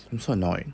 I'm so annoyed